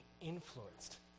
influenced